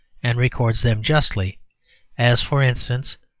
and records them justly as, for instance,